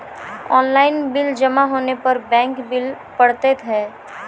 Online bill जमा होने पर बैंक बिल पड़तैत हैं?